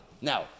Now